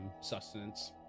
sustenance